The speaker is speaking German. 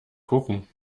gucken